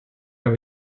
habe